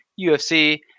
UFC